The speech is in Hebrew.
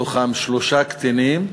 מתוכם שלושה קטינים.